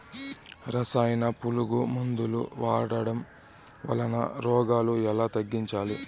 రసాయన పులుగు మందులు వాడడం వలన రోగాలు ఎలా తగ్గించాలి?